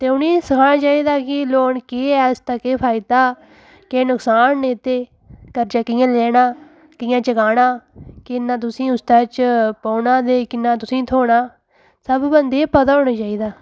ते उ'नेंगी सखाना चाहि्दा कि लोन केह् ऐ इसदा केह् फायदा केह् नकसान न एह्दे कर्जा कि'यां लैना कियां चकाना किन्ना तुसेंगी उसदे च पौना ते किन्ना तुसेंगी थ्होना सब बंदे गी पता होना चाहि्दा